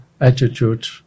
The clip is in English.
attitude